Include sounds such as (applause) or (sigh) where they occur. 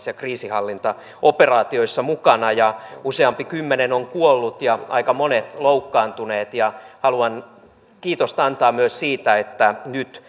(unintelligible) ja kriisinhallintaoperaatioissa mukana ja useampi kymmenen on kuollut ja aika monet loukkaantuneet haluan kiitosta antaa myös siitä että nyt (unintelligible)